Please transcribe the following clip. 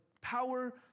power